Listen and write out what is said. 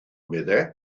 meddai